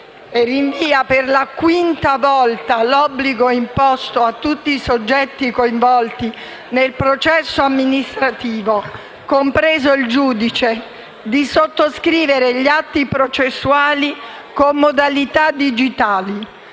rinvia per la quinta volta l'obbligo imposto a tutti i soggetti coinvolti nel processo amministrativo, compreso il giudice, di sottoscrivere gli atti processuali con modalità digitali.